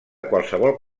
qualsevol